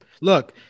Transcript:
Look